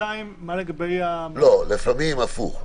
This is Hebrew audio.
דבר שני, מה לגבי --- לפעמים הפוך.